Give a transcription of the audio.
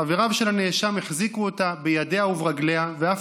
חבריו של הנאשם החזיקו אותה בידיה וברגליה ואף